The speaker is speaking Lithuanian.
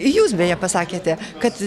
jūs beje pasakėte kad